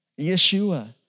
Yeshua